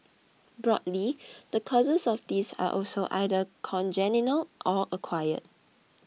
broadly the causes of this are also either congenital or acquired